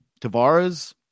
Tavares